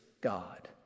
God